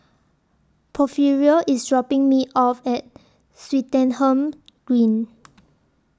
Porfirio IS dropping Me off At Swettenham Green